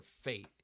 faith